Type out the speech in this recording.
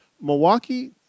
Milwaukee